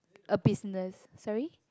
a business sorry